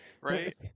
Right